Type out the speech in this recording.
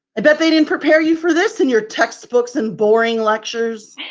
i bet they didn't prepare you for this in your textbooks and boring lectures.